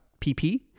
PP